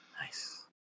Nice